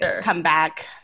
comeback